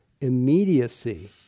immediacy